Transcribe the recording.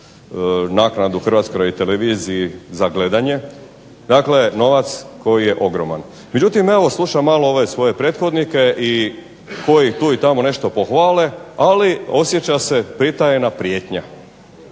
naknadu HRT-u za gledanje novac koji je ogroman. Međutim, slušam malo svoje prethodnike koji tu i tamo nešto pohvale, ali osjeća se pritajena prijetnja.